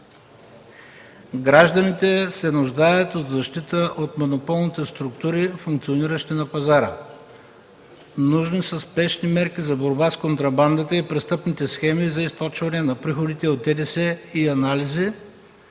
„Гражданите се нуждаят от защита от монополните структури, функциониращи на пазара. Нужни са спешни мерки за борба с контрабандата и престъпните схеми за източване на приходите от ДДС и анализи